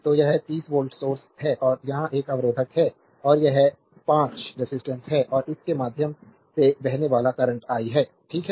तो यह 30 volt source है और यहां एक अवरोधक है और यह 5 and रेजिस्टेंस है और इसके माध्यम से बहने वाला करंट आई है ठीक है